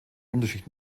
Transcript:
unterschicht